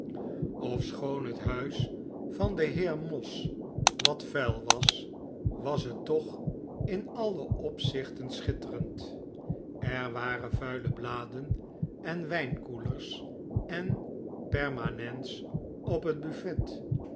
ofschoon het huis van den heer moss wat vuil was was het toch in alle opzichten schitterend er waren vuile bladen en wijnkoelers en permanence op het buffet